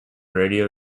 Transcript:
radio